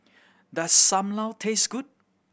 does Sam Lau taste good